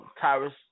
Tyrus